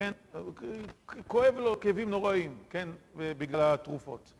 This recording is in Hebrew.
כן, כואב לו, כאבים נוראים, כן, בגלל התרופות.